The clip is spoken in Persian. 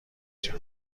جان